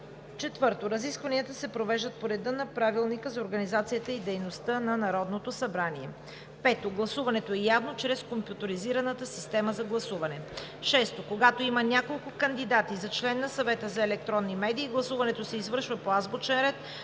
4. Разискванията се провеждат по реда на Правилника за организацията и дейността на Народното събрание. 5. Гласуването е явно чрез компютъризираната система за гласуване. 6. Когато има няколко кандидати за член на Съвета за електронни медии, гласуването се извършва по азбучен